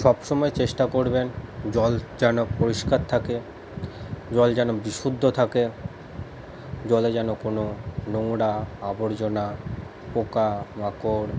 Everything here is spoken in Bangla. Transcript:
সবসময় চেষ্টা করবেন জল যেন পরিষ্কার থাকে জল যেন বিশুদ্ধ থাকে জলে যেন কোনো নোংরা আবর্জনা পোকামাকড়